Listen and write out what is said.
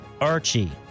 Archie